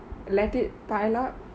let it pile up